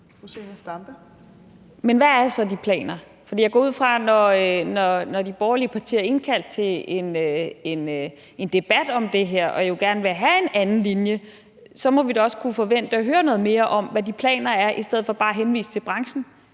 Men hvad er så de planer? Jeg går ud fra, at vi da, når de borgerlige partier er indkaldt til en debat om det her, og når man jo gerne vil have en anden linje, så også må kunne forvente at høre noget mere om, hvad de planer er, i stedet for at der bare henvises til branchen.